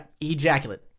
ejaculate